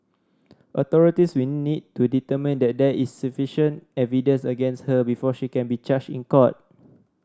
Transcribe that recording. authorities will need to determine that there is sufficient evidence against her before she can be charged in court